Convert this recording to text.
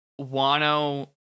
wano